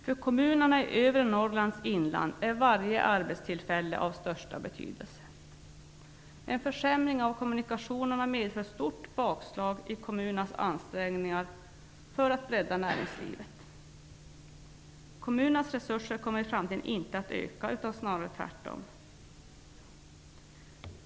För kommunerna i övre Norrlands inland är varje arbetstillfälle av största betydelse. En försämring av kommunikationerna innebär ett stort bakslag i kommunernas ansträngningar att rädda näringslivet. Kommunernas resurser kommer i framtiden inte att öka, snarare tvärtom.